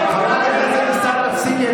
חברת הכנסת דיסטל, תפסיקי.